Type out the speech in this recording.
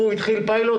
הוא התחיל פיילוט,